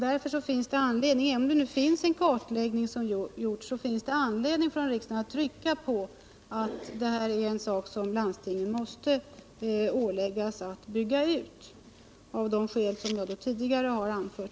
Det finns därför anledning för riksdagen, även om det redan företagits en kartläggning, att trycka på att preventivmedelsrådgivningen är en sak som landstingen måste åläggas att bygga ut av de skäl som jag tidigare anfört.